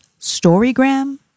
Storygram